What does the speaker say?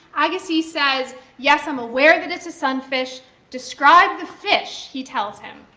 agassiz says, yes, i'm aware that it's a sunfish, describe the fish, he tells him,